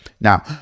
now